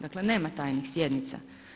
Dakle, nema tajnih sjednica.